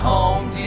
Home